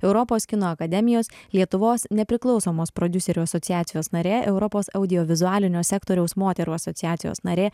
europos kino akademijos lietuvos nepriklausomos prodiuserių asociacijos narė europos audiovizualinio sektoriaus moterų asociacijos narė